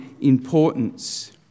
importance